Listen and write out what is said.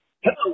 Hello